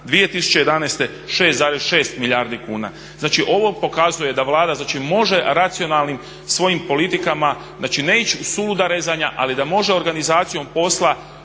2011. 6,6 milijardi kuna. Znači, ovo pokazuje da Vlada, znači može racionalnim svojim politikama, znači ne ići u suluda rezanja, ali da može organizacijom posla